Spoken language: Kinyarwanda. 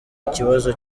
ikibazo